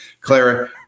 Clara